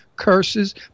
curses